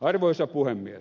arvoisa puhemies